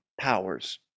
powers